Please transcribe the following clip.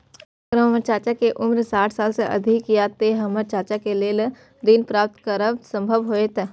अगर हमर चाचा के उम्र साठ साल से अधिक या ते हमर चाचा के लेल ऋण प्राप्त करब संभव होएत?